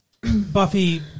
Buffy